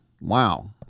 Wow